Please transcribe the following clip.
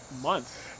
months